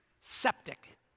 septic